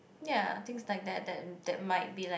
ya things like that that that might be like